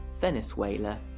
Venezuela